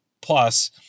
Plus